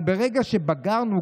אבל ברגע שבגרנו,